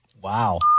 Wow